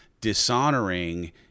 dishonoring